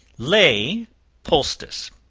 ley poultice.